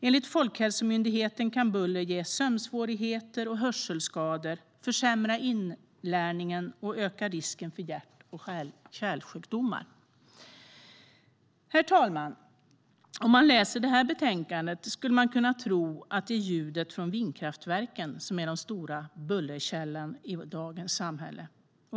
Enligt Folkhälsomyndigheten kan buller ge sömnsvårigheter och hörselskador, försämra inlärningen och öka risken för hjärt och kärlsjukdomar. Herr ålderspresident! Om man läser det här betänkandet skulle man kunna tro att det är ljudet från vindkraftverken som är den stora bullerkällan i dagens samhälle.